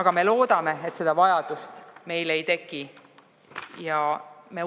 Aga me loodame, et seda vajadust meil ei teki. Ja me